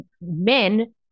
men